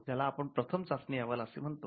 ज्याला आपण प्रथम चाचणी अहवाल असे म्हणतो